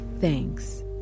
thanks